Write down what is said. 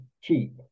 cheap